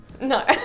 No